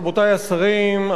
רבותי השרים,